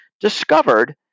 discovered